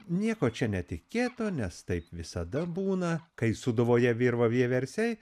nieko čia netikėto nes taip visada būna kai sūduvoje virva vieversiai